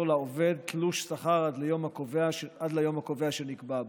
לעובד תלוש שכר עד היום הקובע שנקבע בו.